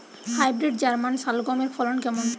Hybrid German শালগম এর ফলন কেমন?